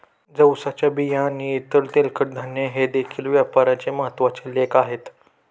जवसाच्या बिया आणि इतर तेलकट धान्ये हे देखील व्यापाराचे महत्त्वाचे लेख आहेत